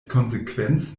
konsequenz